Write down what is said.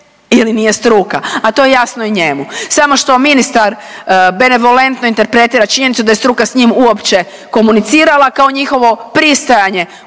ili nije struka, a to je jasno i njemu. Samo što ministar benvolentno interpretira činjenicu da struka s njim uopće komunicirala kao njihovo pristajanje